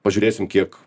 pažiūrėsim kiek